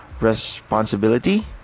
responsibility